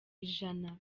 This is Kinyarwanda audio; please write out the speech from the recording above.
ijana